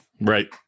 right